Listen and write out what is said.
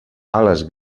ales